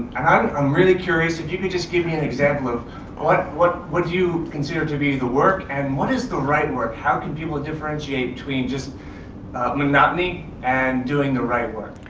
i'm really curious, if you could just give me an example of what what do you consider to be the work and what is the right work? how can people differentiate between just monotony and doing the right work?